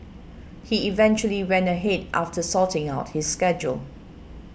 he eventually went ahead after sorting out his schedule